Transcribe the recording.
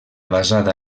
basada